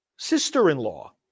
Sister-in-law